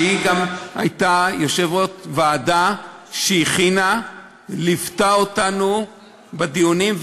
שהיא גם הייתה יושבת-ראש ועדה שהכינה וליוותה אותנו בדיונים,